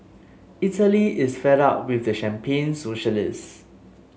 Italy is fed up with champagne socialists